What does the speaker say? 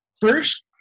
first